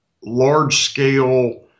large-scale